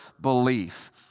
belief